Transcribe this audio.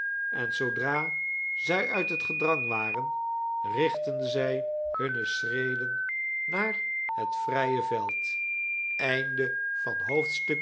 en zoodra zij uit het gedrang waren richtten zij hunne schreden naar het vrije veld